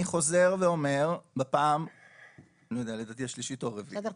אני חוזר ואומר בפעם השלישית או הרביעית --- בסדר,